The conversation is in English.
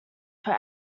per